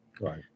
Right